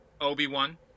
Obi-Wan